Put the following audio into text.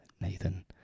Nathan